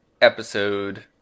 episode